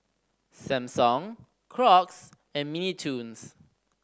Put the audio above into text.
Samsung Crocs and Mini Toons